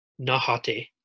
Nahate